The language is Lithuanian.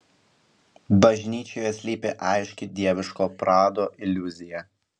bažnyčioje slypi aiški dieviško prado iliuzija